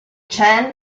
chan